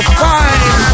fine